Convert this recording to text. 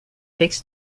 fix